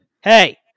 Hey